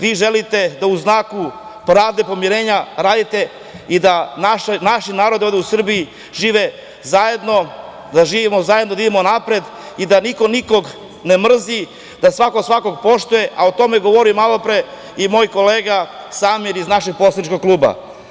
Vi želite da u znaku pravde i pomirenja radite i da naši narodi ovde u Srbiji žive zajedno, da živimo zajedno, da idemo napred i da niko nikog ne mrzi, da svako svakog poštuje, a o tome je govorio malopre i moj kolega Samir iz našeg poslaničkog kluba.